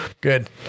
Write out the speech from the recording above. good